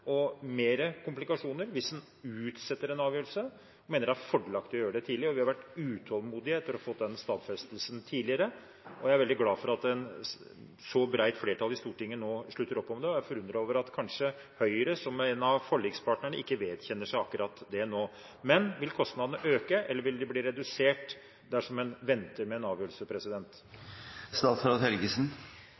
og mer komplikasjoner hvis en utsetter en avgjørelse. Vi mener det er fordelaktig å gjøre det tidlig, og vi har vært utålmodige etter å få den stadfestelsen tidligere. Jeg er veldig glad for at et så bredt flertall i Stortinget nå slutter opp om det, og jeg er forundret over at Høyre, som er en av forlikspartnerne, kanskje ikke vedkjenner seg akkurat det nå. Vil kostnadene øke, eller vil de bli redusert, dersom en venter med en avgjørelse?